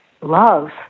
love